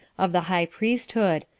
of the high priesthood,